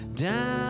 down